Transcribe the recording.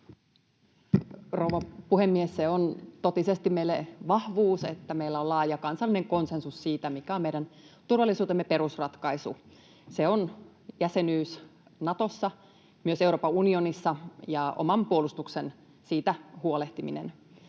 rouva puhemies! On totisesti meille vahvuus, että meillä on laaja kansallinen konsensus siitä, mikä on meidän turvallisuutemme perusratkaisu. Se on jäsenyys Natossa, myös Euroopan unionissa, ja omasta puolustuksesta huolehtiminen.